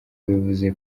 bivuze